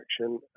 action